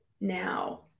now